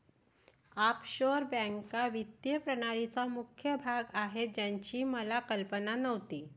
offshore बँका वित्तीय प्रणालीचा मुख्य भाग आहेत याची मला कल्पना नव्हती